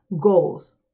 goals